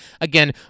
again